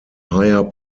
higher